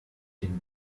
dem